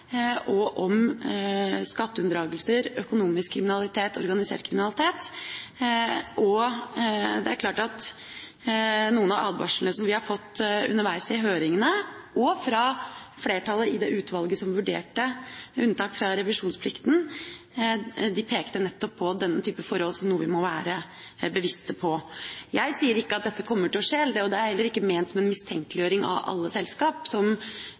handler om både sosial dumping, forholdene i arbeidslivet, skatteunndragelser, økonomisk kriminalitet og organisert kriminalitet. Det er klart at noen av de advarslene som vi har fått underveis i høringene, og fra flertallet i det utvalget som vurderte unntak fra revisjonsplikten, gikk nettopp på denne type forhold som noe vi må være bevisste på. Jeg sier ikke at dette kommer til å skje. Det er heller ikke ment som en «mistenkeliggjøring» av alle selskap, som